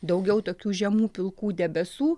daugiau tokių žemų pilkų debesų